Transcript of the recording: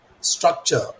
structure